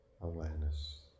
awareness